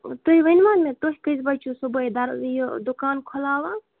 تُہۍ ؤنۍوَا مےٚ تُۄہہِ کٔژِ بَجہِ چھُو صُبحٲے دَر یہِ دُکان کھُلاوان